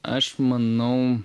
aš manau